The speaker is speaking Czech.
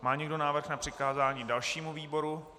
Má někdo návrh na přikázání dalšímu výboru?